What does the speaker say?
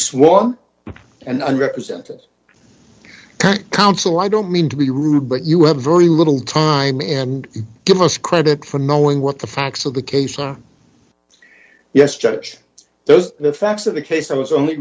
in and represented by counsel i don't mean to be rude but you have very little time and give us credit for knowing what the facts of the case are yes judge those the facts of the case i was only